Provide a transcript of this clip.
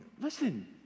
listen